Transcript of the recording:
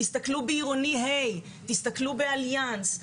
תסתכלו בעירוני ה', תסתכלו באליאנס.